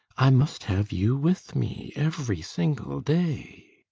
i must have you with me every single day.